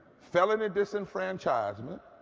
felony disen franchisement,